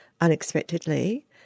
unexpectedly